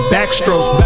Backstroke